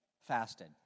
fasted